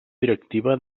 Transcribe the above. directiva